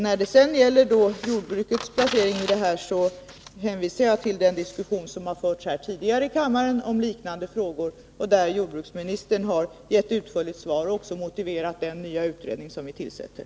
När det gäller jordbrukets roll hänvisar jag till den diskussion som har förts tidigare här i kammaren om liknande frågor, då jordbruksministern har gett utförliga svar och också motiverat den nya jordbrukspolitiska utredning som vi tillsätter.